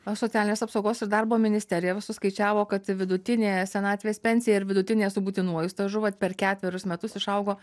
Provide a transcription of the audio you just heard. socialinės apsaugo ir darbo ministerija suskaičiavo kad vidutinė senatvės pensija ir vidutinė su būtinuoju stažu vat per ketverius metus išaugo